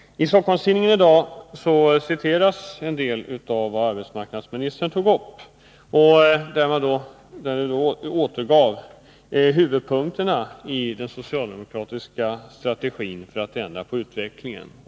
I Stockholms-Tidningen i dag citeras en del av vad arbetsmarknadsministern tog upp. Hon återgav huvudpunkterna i den socialdemokratiska strategin för att vända på utvecklingen.